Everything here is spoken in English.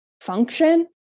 function